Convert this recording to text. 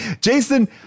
Jason